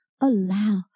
allow